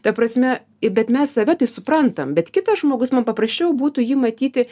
ta prasme e bet mes save tai suprantam bet kitas žmogus man paprasčiau būtų jį matyti